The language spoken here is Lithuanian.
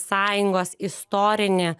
sąjungos istorinį